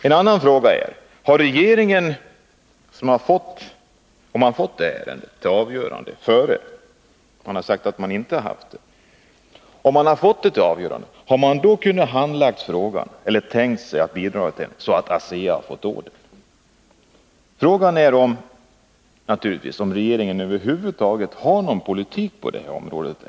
En annan fråga: Hade regeringen — om man fått ärendet till avgörande — tänkt sig att bidra till att ASEA fått ordern? Frågan är naturligtvis om regeringen över huvud taget har någon politik på det här området.